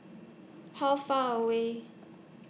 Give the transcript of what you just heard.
How Far away